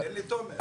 תן לתומר.